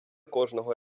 кожного